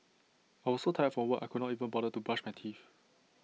I was so tired from work I could not even bother to brush my teeth